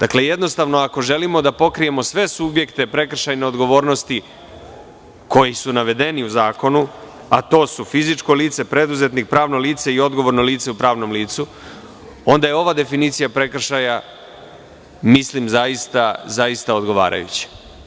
Ako želimo da pokrijemo sve subjekte prekršajne odgovornosti koji su navedeni u zakonu, a to su fizičko lice, preduzetnik, pravno lice i odgovorno lice u pravnom licu, onda je ova definicija prekršaja zaista odgovarajuća.